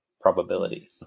probability